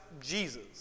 Jesus